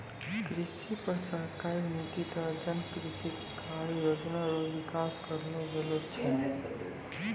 कृषि पर सरकारी नीति द्वारा जन कृषि कारी योजना रो विकास करलो गेलो छै